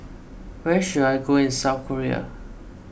where should I go in South Korea